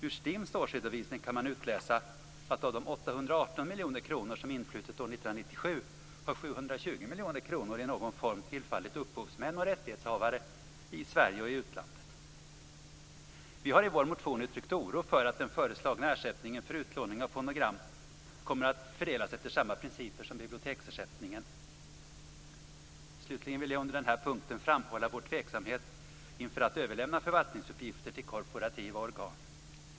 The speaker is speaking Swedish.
Av STIM:s årsredovisning kan man utläsa att av de 818 miljoner kronor som influtit år 1997 har 720 miljoner kronor i någon form tillfallit upphovsmän och rättighetshavare i Sverige och i utlandet. Vi har i vår motion uttryckt oro för att den föreslagna ersättningen för utlåning av fonogram skall fördelas efter samma principer som biblioteksersättningen. Slutligen vill jag under denna punkt framhålla vår tveksamhet inför att överlämna förvaltningsuppgifter till korporativa organ.